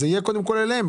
זה יהיה קודם כל אליהם.